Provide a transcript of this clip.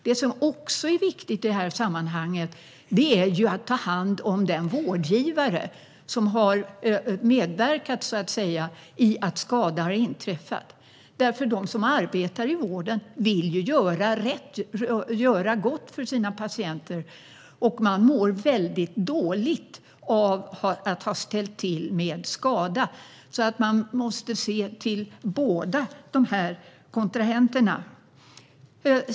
Det som också är viktigt i det här sammanhanget är att ta hand om den vårdgivare som så att säga har medverkat till att skada har inträffat. De som arbetar i vården vill ju göra gott för sina patienter, och man mår mycket dåligt av att ha ställt till med skada. Vi måste alltså se till båda de här kontrahenterna.